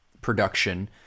production